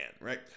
right